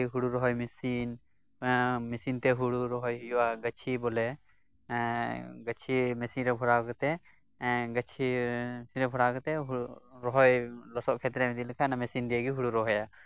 ᱚᱱᱠᱟᱜᱮ ᱦᱩᱲᱩ ᱨᱚᱦᱚᱭ ᱢᱤᱥᱤᱱ ᱢᱮᱥᱤᱱ ᱛᱮ ᱦᱩᱲᱩ ᱨᱚᱦᱚᱭ ᱦᱩᱭᱩᱜᱼᱟ ᱜᱟᱪᱷᱤ ᱵᱚᱞᱮ ᱮᱸᱜ ᱜᱟᱪᱷᱤ ᱢᱮᱥᱤᱱ ᱨᱮ ᱵᱷᱚᱨᱟᱣ ᱠᱟᱛᱮ ᱜᱟᱪᱷᱤ ᱨᱚᱦᱚᱭᱚᱜ ᱢᱮᱥᱤᱱ ᱞᱮᱥᱮᱫ ᱠᱷᱮᱛ ᱨᱮ ᱤᱫᱤ ᱞᱮᱠᱷᱟᱡ ᱢᱮᱥᱤᱱ ᱟᱡ ᱛᱮᱜᱮ ᱦᱩᱲᱩ ᱨᱚᱦᱚᱭᱟᱭ